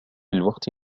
الوقت